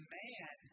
man